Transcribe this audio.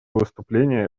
выступление